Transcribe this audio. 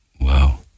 Wow